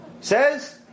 says